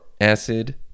acid